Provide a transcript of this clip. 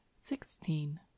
Sixteen